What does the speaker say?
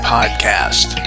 Podcast